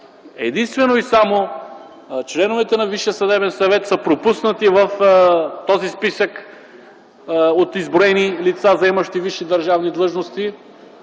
Единствено и само членовете на Висшия съдебен съвет са пропуснати в този списък от изброени лица, заемащи висши държавни длъжности.